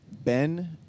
Ben